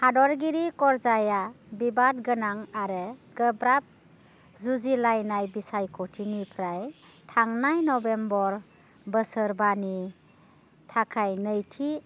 हादोरगिरि करजाइआ बिबादगोनां आरो गोब्राब जुजिलायनाय बिसायख'थिनिफ्राय थांनाय नभेम्बर बोसोरबानि थाखाय नैथि